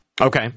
Okay